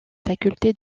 faculté